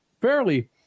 fairly